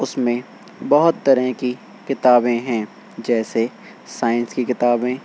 اس میں بہت طرح کی کتابیں ہیں جیسے سائنس کی کتابیں